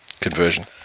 Conversion